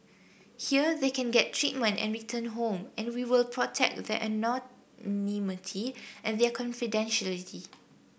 here they can get treatment and return home and we will protect their anonymity and their confidentiality